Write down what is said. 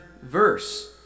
verse